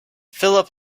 philip